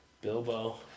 Bilbo